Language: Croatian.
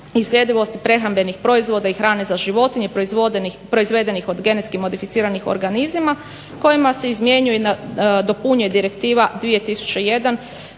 i sljedivosti prehrambenih proizvoda i hrane za životinje proizvedenih od genetski modificiranih organizama kojima se izmjenjuje i nadopunjuje direktiva 2001/18